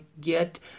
get